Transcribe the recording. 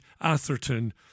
Atherton